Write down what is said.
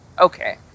okay